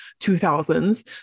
2000s